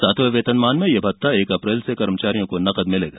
सातवें वेतनमान में यह भत्ता एक अप्रैल से कर्मचारियों को नकद मिलेगा